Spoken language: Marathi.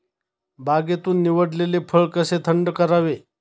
बागेतून निवडलेले फळ कसे थंड करावे?